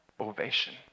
ovation